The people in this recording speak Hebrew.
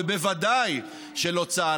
ובוודאי שלא צה"ל.